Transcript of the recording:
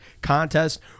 contest